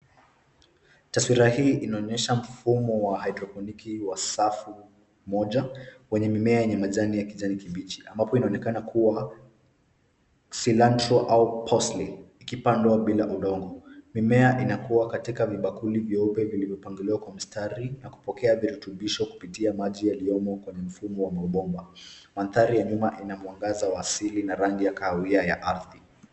Taswira hii inaonyesha mfumo wa hydroponiki wa safu moja wenye mimea yenye majani ya kijani kibichi, ambapo inaonekana kuwa cilantro au parsley ikipandwa bila udongo. Mimea inakua katika vibakuli vyeupe vilivyopangiliwa kwa mistari na kupokea virutubisho kupitia maji yaliyomo kwa mfumo wa mabomba. Mandhari ya nyuma ina mwangaza wa asili na rangi ya kahawia ya ardhi.